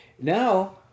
Now